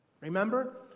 Remember